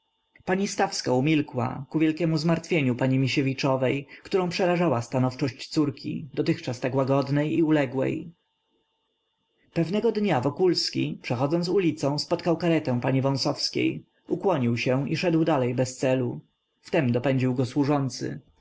pani stawska umilkła ku wielkiemu zmartwieniu pani misiewiczowej którą przerażała stanowczość córki dotychczas tak łagodnej i uległej pewnego dnia wokulski przechodząc ulicą spotkał karetę pani wąsowskiej ukłonił się i szedł dalej bez celu wtem dopędził go służący